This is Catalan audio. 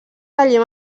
taller